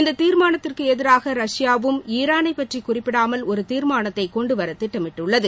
இந்த தீர்மானத்துக்கு எதிராக ரஷ்யாவும் ஈரானை பற்றி குறிப்பிடாமல் ஒரு தீர்மானத்தை கொண்டுவர திட்டமிட்டுள்ளது